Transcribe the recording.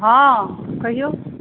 हँ कहिऔ